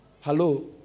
Hello